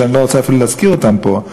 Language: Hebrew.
אני לא רוצה אפילו להזכיר אותם פה,